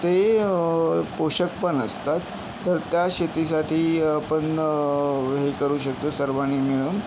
ते पोषक पण असतात तर त्या शेतीसाठी आपण हे करू शकतो सर्वांनी मिळून